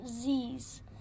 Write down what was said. Z's